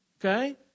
Okay